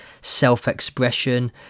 self-expression